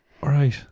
Right